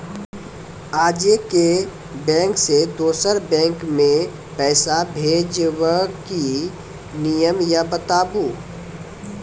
आजे के बैंक से दोसर बैंक मे पैसा भेज ब की नियम या बताबू?